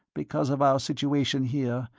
because of our situation here,